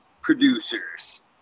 producers